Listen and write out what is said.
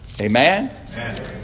amen